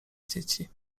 dzieci